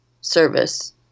service